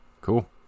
cool